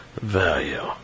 value